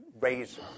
raise